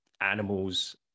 animals